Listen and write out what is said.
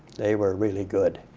they were really good.